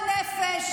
לעצמכם.